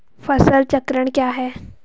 फसल चक्रण क्या है?